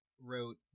wrote